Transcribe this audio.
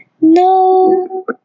No